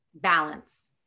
balance